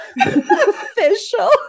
Official